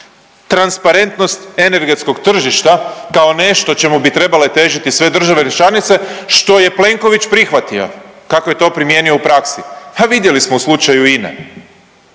transparentnost energetskog tržišta kao nešto o čemu bi trebale težiti sve države članice, što je Plenković prihvatio, kako je to primijenio u praksi? Pa vidjeli smo u slučaju INA-e